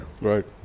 Right